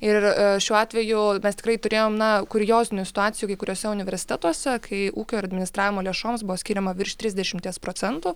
ir šiuo atveju mes tikrai turėjom na kuriozinių situacijų kai kuriuose universitetuose kai ūkio ir administravimo lėšoms buvo skiriama virš trisdešimties procentų